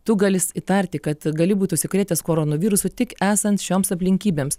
tu galįs įtarti kad gali būti užsikrėtęs koronavirusu tik esant šioms aplinkybėms